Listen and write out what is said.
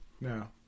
No